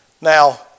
Now